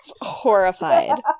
horrified